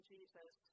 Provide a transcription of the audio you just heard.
Jesus